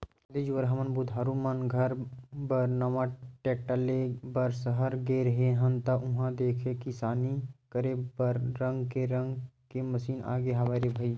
काली जुवर हमन बुधारु मन घर बर नवा टेक्टर ले बर सहर गे रेहे हन ता उहां देखेन किसानी करे बर रंग रंग के मसीन आगे हवय रे भई